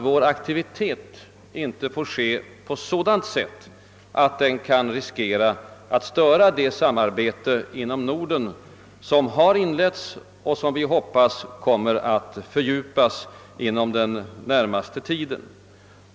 Vår aktivitet får inte ta sig sådana former att den kan riskera att störa det samarbete inom Norden som har inletts och som vi hoppas kommer att fördjupas inom den närmaste tiden.